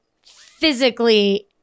physically